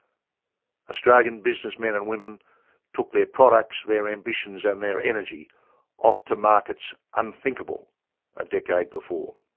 australian businessmen and women took their products, their ambitions and their energy off to markets unthinkable a decade before.